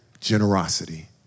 generosity